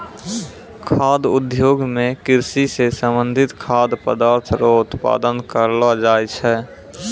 खाद्य उद्योग मे कृषि से संबंधित खाद्य पदार्थ रो उत्पादन करलो जाय छै